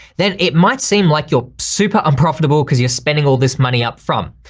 then it might seem like you're super unprofitable cause you're spending all this money up front.